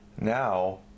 Now